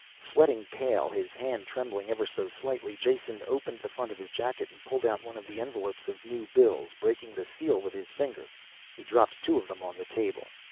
sweating, pale, his hand trembling ever so slightly, jason opened the front of his jacket and pulled out one of the envelopes of new bills. breaking the seal with his finger he dropped two of them on the table.